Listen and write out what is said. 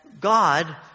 God